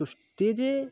তো স্টেজে